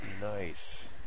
Nice